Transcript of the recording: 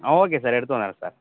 ஆ okay sir எடுத்து வரேன் sir